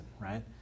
right